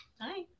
Hi